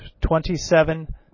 twenty-seven